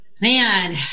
man